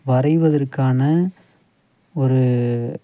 வரைவதற்கான ஒரு